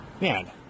man